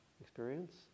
experience